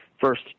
first